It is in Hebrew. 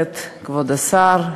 כבוד השר,